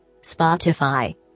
Spotify